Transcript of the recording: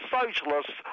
socialists